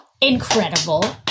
Incredible